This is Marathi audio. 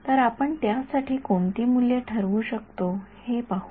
तर आपण त्यासाठी कोणती मूल्ये ठरवू शकतो ते पाहू